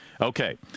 Okay